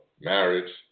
marriage